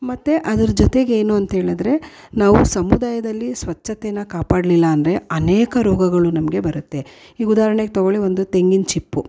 ಮತ್ತು ಅದರ ಜೊತೆಗೆ ಏನು ಅಂತ್ಹೇಳಿದ್ರೆ ನಾವು ಸಮುದಾಯದಲ್ಲಿ ಸ್ವಚ್ಛತೆ ಕಾಪಾಡಲಿಲ್ಲ ಅಂದರೆ ಅನೇಕ ರೋಗಗಳು ನಮಗೆ ಬರುತ್ತೆ ಈಗ ಉದಾಹರಣೆಗೆ ತಗೋಳ್ಳಿ ಒಂದು ತೆಂಗಿನ ಚಿಪ್ಪು